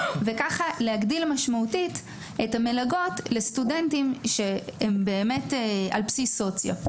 וכך להגדיל משמעותית את המלגות לסטודנטים שהם באמת על בסיס סוציו.